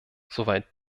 soweit